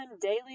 daily